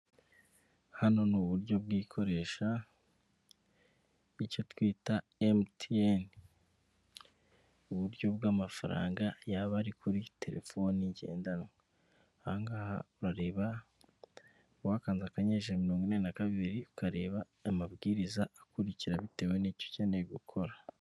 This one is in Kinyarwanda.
Hano ni uburyo bw'ikoresha icyo twita emutiyene, uburyo bw'amafaranga yaba ari kuri telefoni ngendanwaha urareba wakanze akanyenyeri ijana mirongo inani na kabiri ukareba amabwiriza akurikira bitewe n'icyo ukeneye gukora.